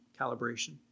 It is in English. calibration